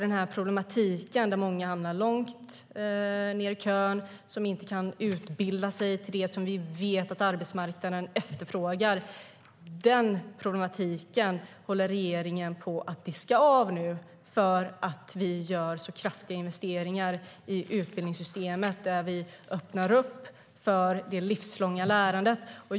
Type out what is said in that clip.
Den problematik som innebär att många hamnar långt bak i kön och inte kan utbilda sig till det som vi vet att arbetsmarknaden efterfrågar håller regeringen på att diska av nu genom att vi gör så kraftiga investeringar i utbildningssystemet och öppnar upp för det livslånga lärandet.